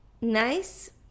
nice